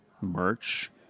merch